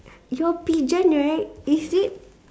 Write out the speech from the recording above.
your pigeon right is it